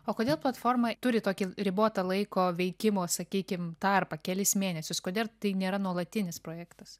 o kodėl platforma turi tokį ribotą laiko veikimo sakykim tarpą kelis mėnesius kodėl tai nėra nuolatinis projektas